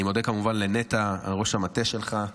אני מודה כמובן לנטע, ראש המטה שלך.